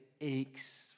aches